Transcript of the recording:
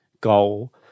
goal